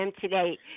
today